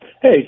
Hey